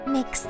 Mix